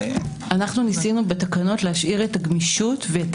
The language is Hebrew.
ניסינו בתקנות להשאיר את הגמישות ואת